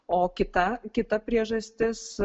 o kita kita priežastis